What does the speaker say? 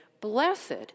Blessed